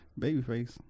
Babyface